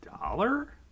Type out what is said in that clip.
dollar